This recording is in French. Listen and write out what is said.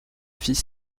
fils